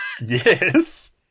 Yes